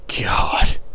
God